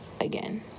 again